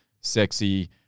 sexy